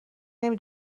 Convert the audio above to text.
نمی